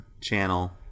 channel